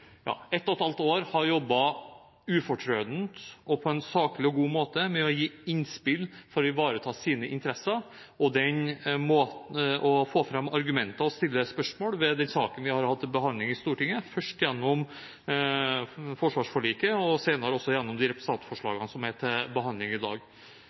og et halvt år har jobbet ufortrødent og på en saklig og god måte med å gi innspill for å ivareta sine interesser og få fram argumenter og stille spørsmål ved den saken vi har hatt til behandling i Stortinget, først gjennom forsvarsforliket og senere også gjennom de representantforslagene som er til behandling i dag.